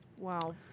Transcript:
wow